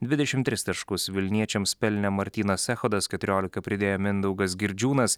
dvidešim tris taškus vilniečiams pelnė martynas echodas keturiolika pridėjo mindaugas girdžiūnas